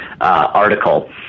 article